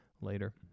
later